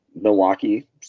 Milwaukee